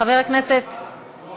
חבר הכנסת, היא